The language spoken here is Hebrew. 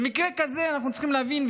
במקרה כזה אנחנו צריכים להבין,